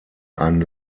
ein